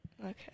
Okay